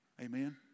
Amen